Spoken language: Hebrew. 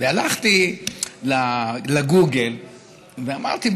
והלכתי לגוגל ואמרתי,